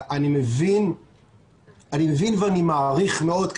אני מבין ואני מעריך מאוד,